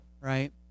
right